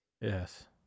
Yes